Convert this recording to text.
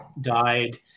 died